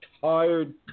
tired